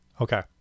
Okay